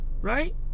right